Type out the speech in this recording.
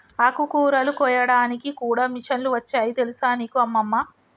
ఆకుకూరలు కోయడానికి కూడా మిషన్లు వచ్చాయి తెలుసా నీకు అమ్మమ్మ